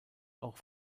auch